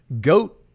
goat